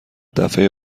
دفعه